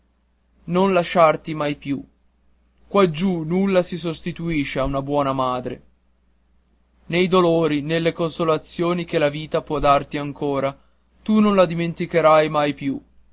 non lasciarti più mai quaggiù nulla si sostituisce a una buona madre nei dolori nelle consolazioni che la vita può darti ancora tu non la dimenticherai mai più